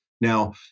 Now